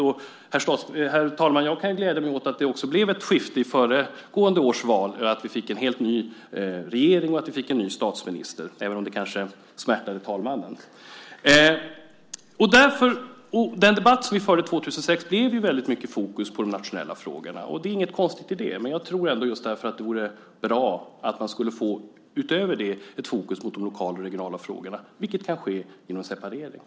Jag, herr talman, kan glädja mig åt att det också blev ett skifte i föregående års val, att vi fick en helt ny regering och att vi fick en ny statsminister, även om det kanske smärtade talmannen. I den debatt som vi förde 2006 blev det väldigt mycket fokus på de nationella frågorna. Det är inget konstigt i det, men jag tror att det vore bra om man utöver det fick ett fokus mot de lokala och regionala frågorna, vilket kan ske genom separering.